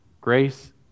grace